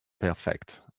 perfect